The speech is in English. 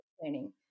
training